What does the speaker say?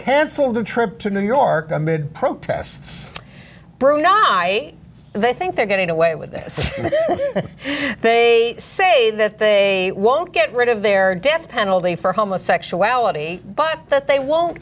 pencilled a trip to new york amid protests brew non i they think they're getting away with this they say that they won't get rid of their death penalty for homosexuality but that they won't